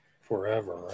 forever